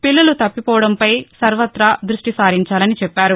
పిల్లలు తప్పిపోవడంపై సర్వతా దృష్టి సారించాలని చెప్పారు